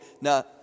now